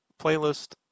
Playlist